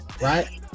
Right